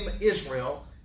Israel